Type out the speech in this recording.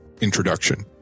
introduction